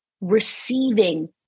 receiving